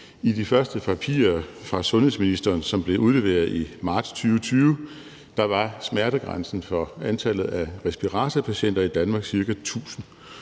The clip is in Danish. I de første papirer fra sundhedsministeren, som blev udleveret i marts 2020, var smertegrænsen for antallet af respiratorpatienter i Danmark ca. 1.000,